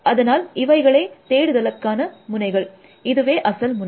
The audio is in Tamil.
அதனால இவைகளே தேடுதலுக்கான முனைகள் இதுவே அசல் முனை